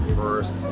first